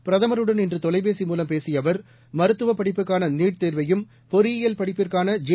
பிரதமருடன் இன்று தொலைபேசி மூலம் பேசிய அவர் மருத்துவ படிப்புக்கான நீட் தேர்வையும் பொறியியல் படிப்புக்கான ஜே